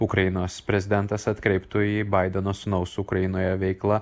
ukrainos prezidentas atkreiptų į baideno sūnaus ukrainoje veiklą